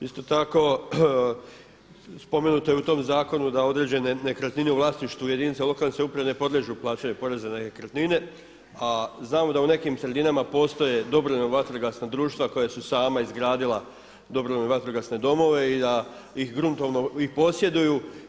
Isto tako spomenuto je u tom zakonu da određene nekretnine u vlasništvu jedinica lokalne samouprave ne podliježu plaćanju poreza na nekretnine, a znamo da u nekim sredinama postoje dobrovoljna vatrogasna društva koja su sama izradila dobrovoljne vatrogasne domove i da ih gruntovno posjeduju.